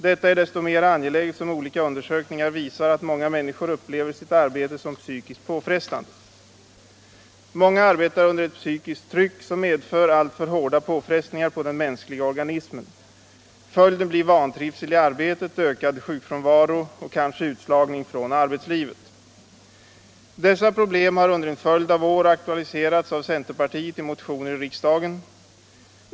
Detta är desto mer angeläget som olika undersökningar visar att många människor upplever sitt arbete som psykiskt påfrestande. Många arbetar under ett psykiskt tryck som medför alltför hårda påfrestningar på den mänskliga organismen. Följden blir vantrivsel i arbetet, ökad sjukfrånvaro och kanske utslagning från arbetslivet. Dessa problem har under en följd av år aktualiserats i motioner i riksdagen från centerpartiet.